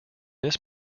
this